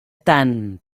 tan